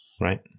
Right